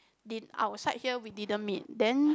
didn't our side here we didn't meet then